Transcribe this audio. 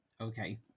okay